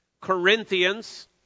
Corinthians